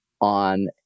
on